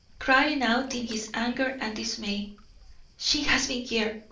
crying out in his anger and dismay she has been here!